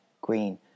green